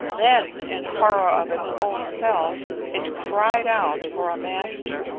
then, in horror of its own self, it cried out for a master,